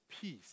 peace